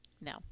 No